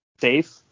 safe